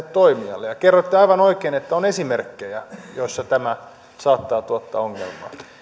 toimijalle ja kerroitte aivan oikein että on esimerkkejä joissa tämä saattaa tuottaa ongelmaa